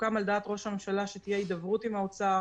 סוכם על דעת ראש הממשלה שתהיה הידברות עם האוצר